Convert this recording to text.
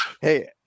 Hey